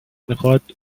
میخواد